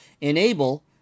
enable